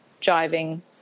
driving